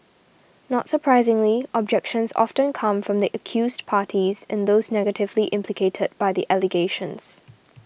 not surprisingly objections often come from the accused parties and those negatively implicated by the allegations